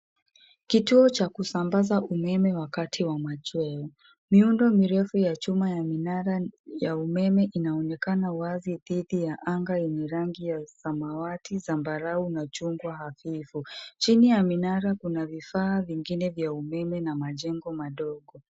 Kituo cha kusambaza umeme wakati wa machweo. Miundo mirefu ya chuma ya minara ya umeme inaonekana wazi dhidi ya anga yenye rangi ya samawati, zambarau na chungwa hafifu. Chini ya minara kuna vifaa vingine vya umeme na majengo madogo.